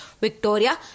Victoria